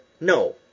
No